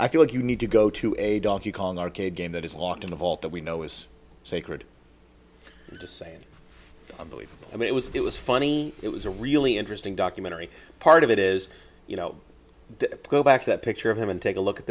i feel like you need to go to a donkey kong arcade game that is locked in a vault that we know is sacred just saying i believe it was it was funny it was a really interesting documentary part of it is you know go back to that picture of him and take a look at